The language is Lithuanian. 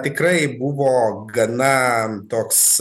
tikrai buvo gana toks